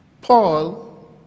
Paul